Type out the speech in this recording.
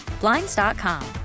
blinds.com